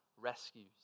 rescues